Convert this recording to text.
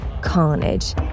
carnage